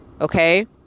Okay